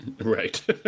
right